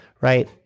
right